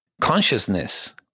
consciousness